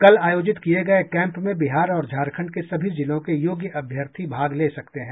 कल आयोजित किये गये कैम्प में बिहार और झारखंड के सभी जिलों के योग्य अभ्यर्थी भाग ले सकते हैं